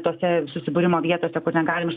tose susibūrimo vietose kur negalim